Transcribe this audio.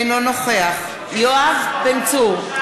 אינו נוכח יואב בן צור,